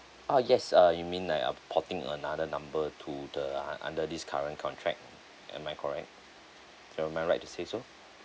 ah yes uh you mean uh porting another number to the un~ under this current contract am I correct am I right to say so